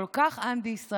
כל כך אנטי-ישראלי,